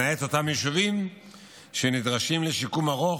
למעט אותם יישובים שנדרשים לשיקום ארוך,